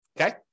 Okay